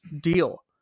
deal